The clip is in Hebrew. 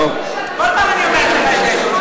כל פעם אני אומרת לך את זה.